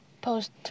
post